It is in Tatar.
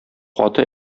каты